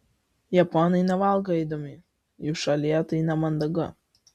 japonai nevalgo eidami jų šalyje tai nemandagu